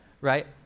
right